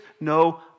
no